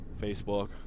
Facebook